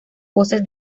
voces